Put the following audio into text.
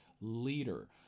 leader